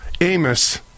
Amos